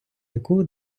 яку